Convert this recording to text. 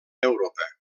europa